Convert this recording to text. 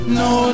no